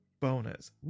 bonus